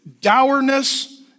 dourness